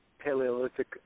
Paleolithic